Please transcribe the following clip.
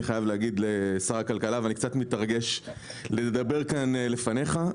ואני חייב להגיד לשר הכלכלה שאני קצת מתרגש לדבר כאן לפניך,